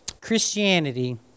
Christianity